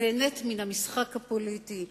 נהנית מן המשחק הפוליטי,